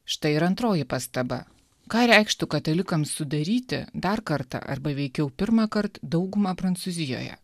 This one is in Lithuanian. štai ir antroji pastaba ką reikštų katalikams sudaryti dar kartą arba veikiau pirmąkart daugumą prancūzijoje